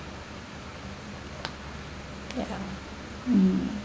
ya mm